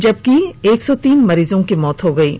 जबकि एक सौ तीन मरीजों की मौत हई है